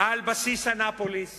על בסיס אנאפוליס